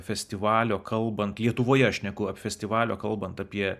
festivalio kalbant lietuvoje aš šneku apie festivalio kalbant apie